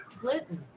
Clinton